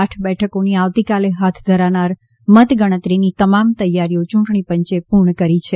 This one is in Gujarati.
આઠ બેઠકોની આવતીકાલે હાથ ધરાનાર મત ગણતરીની તમામ તૈયારીઓ યૂંટણીપંચે પૂર્ણ કરી છે